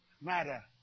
matter